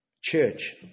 church